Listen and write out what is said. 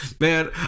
Man